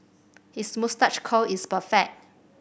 his moustache curl is perfect